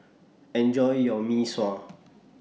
Enjoy your Mee Sua